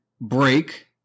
break